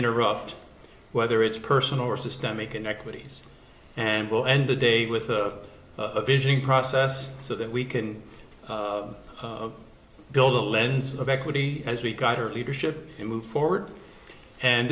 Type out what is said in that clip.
interrupt whether it's a person or systemic inequities and we'll end the day with a vision process so that we can build a lens of equity as we got her leadership to move forward and